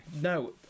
No